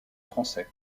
français